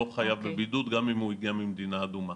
לא חייב בבידוד גם אם הוא הגיע ממדינה אדומה.